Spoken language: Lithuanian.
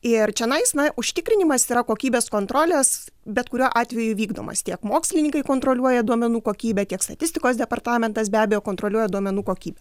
ir čionais na užtikrinimas yra kokybės kontrolės bet kuriuo atveju vykdomas tiek mokslininkai kontroliuoja duomenų kokybę tiek statistikos departamentas be abejo kontroliuoja duomenų kokybę